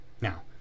Now